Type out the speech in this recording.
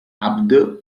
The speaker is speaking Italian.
abd